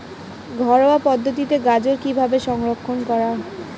ঘরোয়া পদ্ধতিতে গাজর কিভাবে সংরক্ষণ করা?